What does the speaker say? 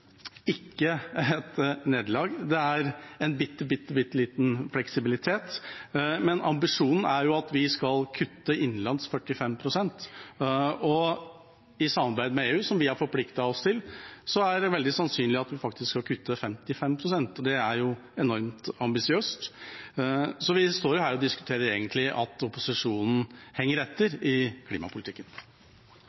at vi skal kutte 45 pst. innenlands. I samarbeid med EU, noe vi har forpliktet oss til, er det veldig sannsynlig at vi faktisk skal kutte 55 pst. Det er enormt ambisiøst. Vi står egentlig her og diskuterer at opposisjonen henger etter